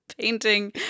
painting